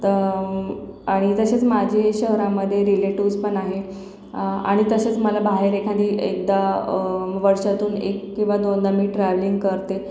त आणि तसेच माझे शहरामध्ये रिलेटूव्हज् पण आहे आणि तसेच मला बाहेर एखादी एकदा वर्षातून एक किंवा दोनदा मी ट्रैव्लिंग करते